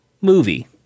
movie